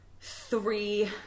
three